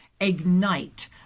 ignite